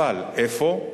אבל איפה?